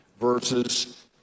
versus